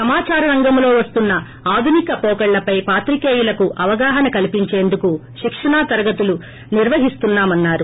సమాచార రంగంలో వస్తున్న ఆధునిక పోకడలపై పాత్రికేయులకు అవగాహన్ కల్పించేందుకు శిక్షణ తరగతులు నిర్వ్ హిస్తున్న మన్నారు